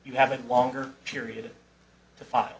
you have a longer period to fi